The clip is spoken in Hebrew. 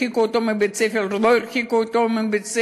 הרחיקו אותו מבית-הספר או לא הרחיקו אותו מבית-הספר?